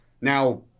Now